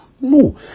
No